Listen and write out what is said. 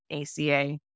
ACA